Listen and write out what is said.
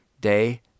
day